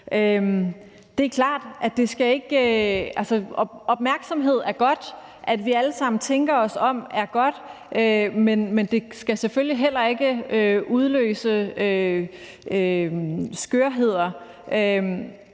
Det er klart, at opmærksomhed er godt, at vi alle sammen tænker os om, er godt, men det skal selvfølgelig heller ikke udløse skøre